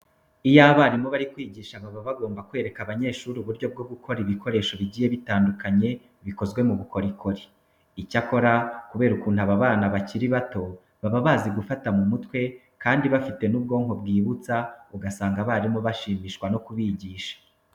Iyo abarimu bari kwigisha baba bagomba kwereka abanyeshuri uburyo bwo gukora ibikoresho bigiye butandukanye bikozwe mu bukorikori. Icyakora kubera ukuntu aba bana bakiri bato baba bazi gufata mu mutwe kandi bafite n'ubwonko bwibutsa usanga abarimu bashimishwa no kubigisha.